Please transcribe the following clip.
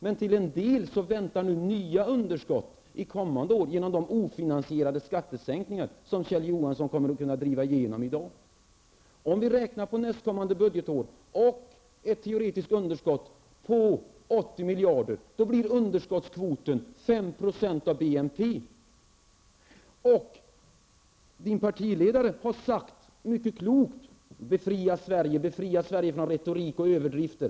Men nu väntar nya underskott under kommande år genom de ofinansierade skattesänkningar som bl.a. Kjell Johansson kommer att kunna driva igenom i dag. Om man räknar med ett teoretiskt underskott nästkommande budgetår på 80 miljarder, blir underskottskvoten 5 % av BNP. Kjell Johanssons partiledare har mycket klokt sagt: Befria Sverige från retorik och överdrifter!